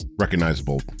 recognizable